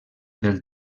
del